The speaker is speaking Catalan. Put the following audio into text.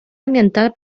ambiental